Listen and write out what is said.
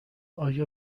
آیا